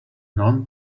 non